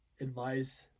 advice